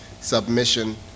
submission